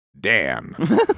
Dan